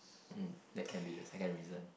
um that can be the second reason